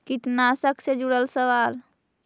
कीटनाशक से जुड़ल सवाल?